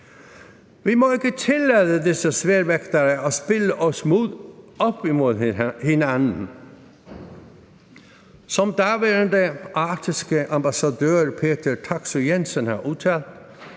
Vi må ikke tillade disse sværvægtere at spille os ud mod hinanden. Som ambassadør Peter Taksøe-Jensen har udtalt,